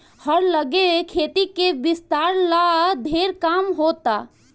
हर जगे खेती के विस्तार ला ढेर काम होता